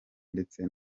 ndetse